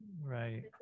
right